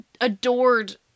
adored